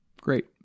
Great